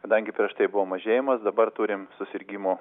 kadangi prieš tai buvo mažėjimas dabar turim susirgimų